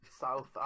south